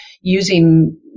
using